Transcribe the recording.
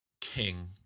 king